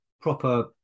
proper